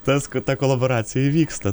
tas kad ta kolaboracija įvyksta